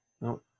No